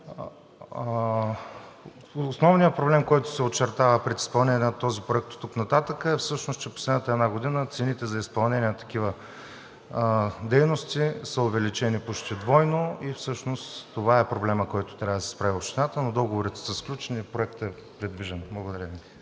Основният проблем, който се очертава пред изпълнението на този проект оттук нататък, е всъщност, че последната една година цените за изпълнение на такива дейности са увеличени почти двойно и всъщност това е проблемът, с който трябва да се справи Общината, но договорите са сключени и проектът е придвижен. Благодаря Ви.